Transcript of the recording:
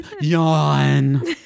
yawn